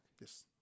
Yes